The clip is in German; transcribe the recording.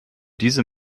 diese